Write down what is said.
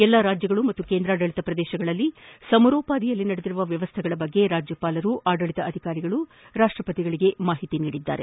ಎಲ್ಲಾ ರಾಜ್ಯಗಳು ಮತ್ತು ಕೇಂದ್ರಾಡಳಿತ ಪ್ರದೇಶಗಳಲ್ಲಿ ಸಮರೋಪಾದಿಯಲ್ಲಿ ನಡೆದಿರುವ ವ್ಯವಸ್ಥೆಗಳ ಬಗ್ಗೆ ರಾಜ್ಯಪಾಲರು ಆಡಳಿತಾಧಿಕಾರಿಗಳು ರಾಷ್ಷಪತಿಗಳಿಗೆ ಮಾಹಿತಿ ನೀಡಿದರು